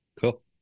cool